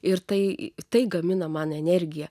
ir tai tai gaminama energija